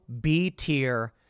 B-tier